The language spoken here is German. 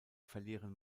verlieren